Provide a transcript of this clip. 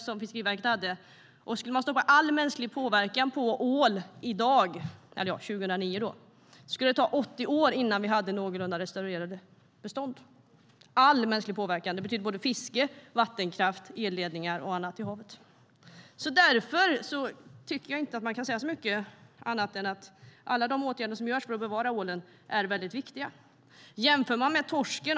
Det framkom att om vi då stoppade all mänsklig påverkan på ål skulle det ta 80 år innan vi hade någorlunda restaurerade bestånd. All mänsklig påverkan innebär fiske, vattenkraft, elledningar och annat i havet. Därför tycker jag inte att man kan säga så mycket annat än att alla de åtgärder som vidtas för att bevara ålen är mycket viktiga. Vi kan jämföra med torsken.